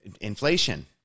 inflation